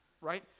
right